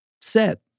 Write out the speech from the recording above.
set